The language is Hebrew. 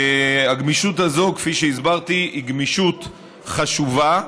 הגמישות הזו, כפי שהסברתי, היא גמישות חשובה.